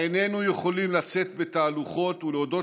שבה איננו יכולים לצאת בתהלוכות ולהודות